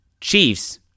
Chiefs